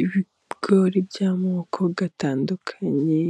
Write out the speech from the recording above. Ibigori by'amoko atandukanye，